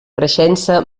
creixença